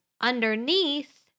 underneath